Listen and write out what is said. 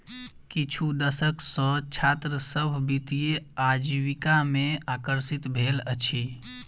किछु दशक सॅ छात्र सभ वित्तीय आजीविका में आकर्षित भेल अछि